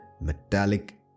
metallic